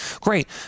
Great